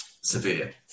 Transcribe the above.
severe